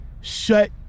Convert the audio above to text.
shut